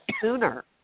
sooner